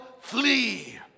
flee